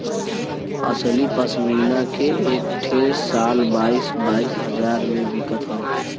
असली पश्मीना के एक ठे शाल बाईस बाईस हजार मे बिकत हौ